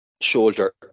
shoulder